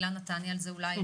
אילנה, אולי תעני על זה את.